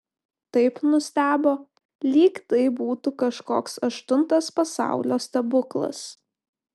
taip nustebo lyg tai būtų kažkoks aštuntas pasaulio stebuklas